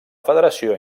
federació